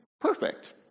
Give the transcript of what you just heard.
Perfect